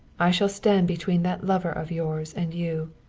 i shall stand between that lover of yours and you.